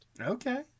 Okay